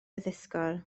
addysgol